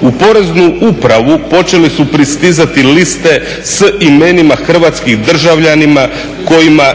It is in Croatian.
U poreznu upravu počele su pristizati liste s imenima hrvatskih državljana kojima